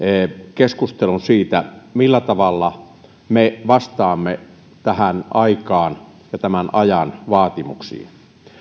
keskustelun siitä millä tavalla me vastaamme tähän aikaan ja tämän ajan vaatimuksiin